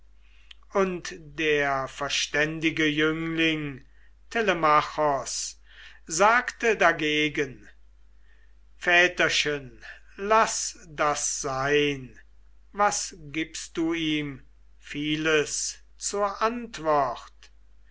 und der verständige jüngling telemachos sagte dagegen väterchen laß das sein was gibst du ihm vieles zur antwort